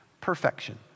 perfection